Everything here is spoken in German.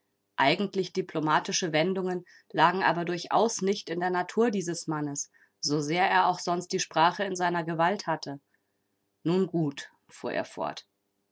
eigentlich diplomatische wendungen lagen aber auch durchaus nicht in der natur dieses mannes so sehr er auch sonst die sprache in seiner gewalt hatte nun gut fuhr er fort